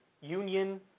union